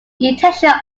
detection